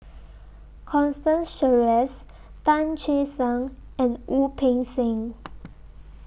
Constance Sheares Tan Che Sang and Wu Peng Seng